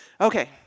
Okay